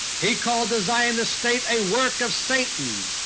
he called the zionist state a work of satan,